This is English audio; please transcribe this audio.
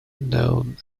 known